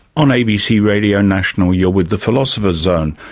on abc radio national you're with the philosopher's zone,